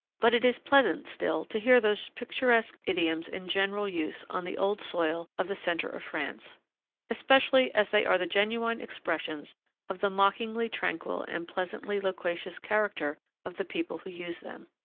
but it is pleasant still to hear those picturesque idioms in general use on the old soil of the centre of france especially as they are the genuine expressions of the mockingly tranquil and pleasantly loquacious character of the people who use them.